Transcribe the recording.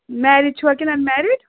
married چھُوا کِنہٕ اَن married